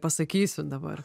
pasakysiu dabar